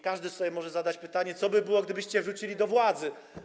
Każdy może sobie zadać pytanie, co by było, gdybyście wrócili do władzy.